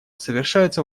совершаются